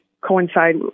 coincide